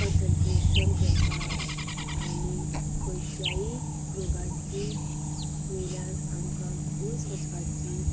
concentration करपाक आनी खंयच्यायी रोगाची वयल्यान आमकां पयस वचपाची